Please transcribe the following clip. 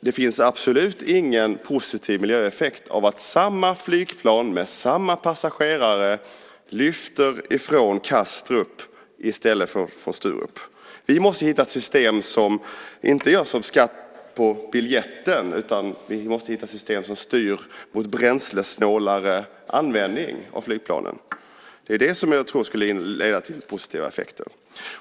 Det finns absolut ingen positiv miljöeffekt av att samma flygplan med samma passagerare lyfter från Kastrup i stället för från Sturup. Vi måste hitta ett system som inte görs som skatt på biljetten utan som styr mot bränslesnålare användning av flygplanen. Jag tror att det är det som skulle leda till positiva effekter.